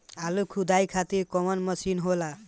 आलू खुदाई खातिर कवन मशीन होला?